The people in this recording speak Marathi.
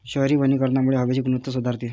शहरी वनीकरणामुळे हवेची गुणवत्ता सुधारते